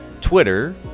Twitter